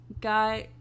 got